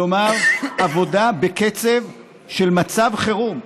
כלומר, עבודה בקצב של מצב חירום,